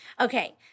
Okay